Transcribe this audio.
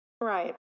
Right